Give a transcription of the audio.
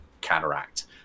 cataract